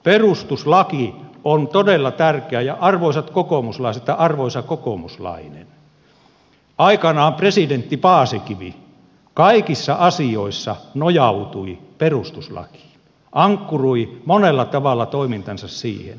perustuslaki on todella tärkeä ja arvoisat kokoomuslaiset tai arvoisa kokoomuslainen aikanaan presidentti paasikivi kaikissa asioissa nojautui perustuslakiin ankkuroi monella tavalla toimintansa siihen